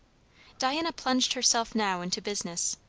diana plunged herself now into business.